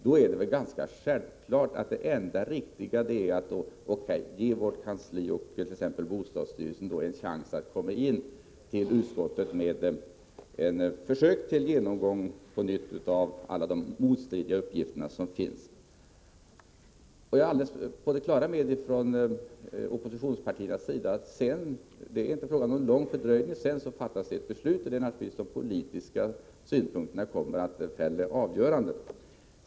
Då är det väl självklart att det enda riktiga är att ge vårt kansli och t.ex. bostadsstyrelsen en chans att göra en ny genomgång av alla de motstridiga uppgifter som finns. Det är inte fråga om någon lång fördröjning. Sedan fattas det ett beslut där naturligtvis — det är vi från oppositionens sida helt på det klara med — de politiska synpunkterna kommer att fälla avgörandet.